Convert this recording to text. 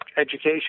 education